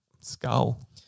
skull